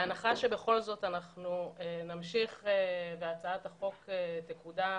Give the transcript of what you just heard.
בהנחה שבכל זאת אנחנו נמשיך והצעת החוק תקודם